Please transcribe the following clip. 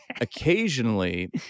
occasionally